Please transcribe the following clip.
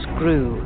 grew